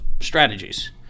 strategies